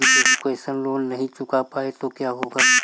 Education loan नहीं चुका पाए तो क्या होगा?